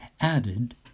added